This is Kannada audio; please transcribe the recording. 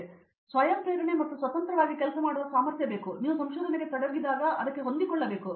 ಆದ್ದರಿಂದ ಆ ಸ್ವಯಂ ಪ್ರೇರಣೆ ಮತ್ತು ಸ್ವತಂತ್ರವಾಗಿ ಕೆಲಸ ಮಾಡುವ ಸಾಮರ್ಥ್ಯ ನೀವು ಸಂಶೋಧನೆಗೆ ತೊಡಗಿದಾಗ ಅದನ್ನು ಹೊಂದಿಕೊಳ್ಳಬೇಕು